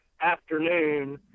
afternoon